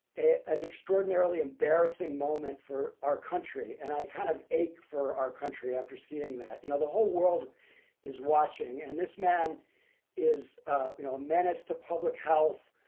an extraordinarily embarrassing moment for our country. and i kind of ache for our country after seeing that. you know, the whole world is watching, and this man is, you know, a menace to public health,